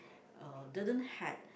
uh didn't had